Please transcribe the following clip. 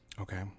Okay